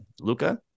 Luca